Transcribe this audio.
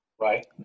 Right